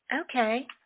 Okay